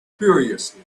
furiously